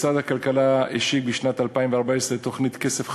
משרד הכלכלה השיק בשנת 2014 את התוכנית "כסף חכם",